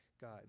God